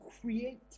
create